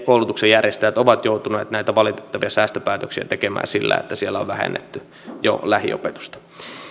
koulutuksen järjestäjät ovat joutuneet näitä valitettavia säästöpäätöksiä tekemään sillä että siellä on vähennetty jo lähiopetusta